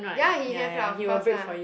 ya he have lah of course lah